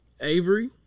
Avery